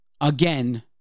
again